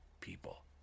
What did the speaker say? people